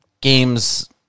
games